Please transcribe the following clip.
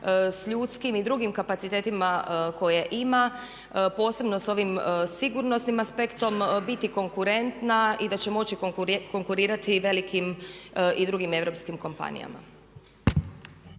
s ljudskim i drugim kapacitetima koje ima posebno s ovim sigurnosnim aspektom biti konkurentna i da će moći konkurirati velikim i drugim europskim kompanijama.